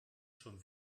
schon